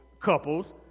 couples